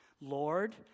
Lord